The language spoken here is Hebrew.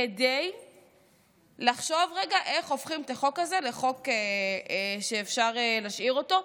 כדי לחשוב רגע איך הופכים את החוק הזה לחוק שאפשר להשאיר אותו.